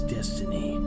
Destiny